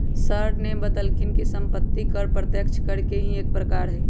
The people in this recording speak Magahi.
सर ने बतल खिन कि सम्पत्ति कर प्रत्यक्ष कर के ही एक प्रकार हई